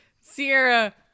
Sierra